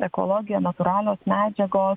ekologija natūralios medžiagos